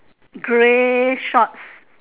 grey shorts